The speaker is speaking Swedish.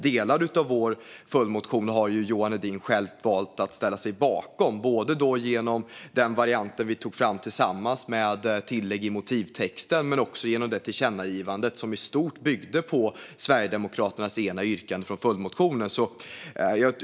Delar av vår följdmotion har Johan Hedin själv valt att ställa sig bakom, både genom den variant vi tog fram tillsammans med tillägg i motivtexten och genom det förslag till tillkännagivande som i stort byggde på Sverigedemokraternas ena yrkande från följdmotionen.